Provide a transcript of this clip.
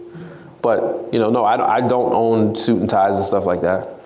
but you know no, i don't i don't own suites and ties and stuff like that.